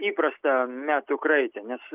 įprastą metų kraitę nes